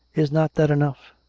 is not that enough?